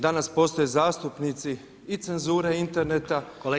Danas postoje zastupnici i cenzure interneta